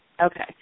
Okay